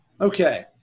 Okay